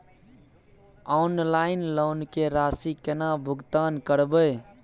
Online loan के राशि केना भुगतान करबे?